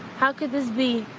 how could this be?